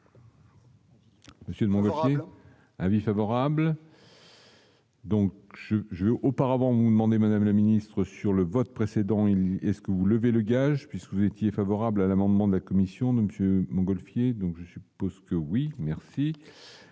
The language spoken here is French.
Monsieur monde avis favorable. Donc je je vais auparavant demandé Madame la ministre sur le vote précédent il est-ce que vous levez le gage, puisque vous étiez favorable à l'amendement de la commission de Monsieur Montgolfier donc je suppose que oui merci,